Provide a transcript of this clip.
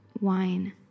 Wine